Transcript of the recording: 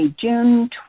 June